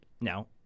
now